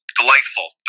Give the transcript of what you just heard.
delightful